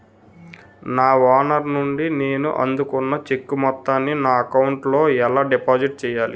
నా ఓనర్ నుండి నేను అందుకున్న చెక్కు మొత్తాన్ని నా అకౌంట్ లోఎలా డిపాజిట్ చేయాలి?